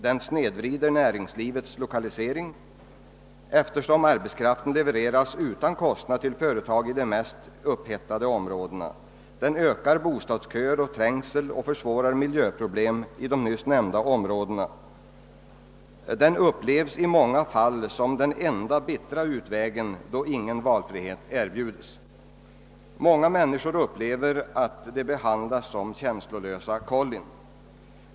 Den snedvrider näringslivets = lokalisering, eftersom arbetskraften levereras utan kostnad till företag i de mest upphettade områdena. Den ökar bostadsköer och trängsel «och försvårar miljöproblemen i de nyss nämnda områdena. Den upplevs i många fall som den enda bittra utvägen då ingen valmöjlighet erbjuds. Många människor anser att de behandlas som känslolösa kollin.